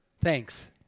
Thanks